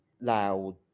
loud